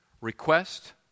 request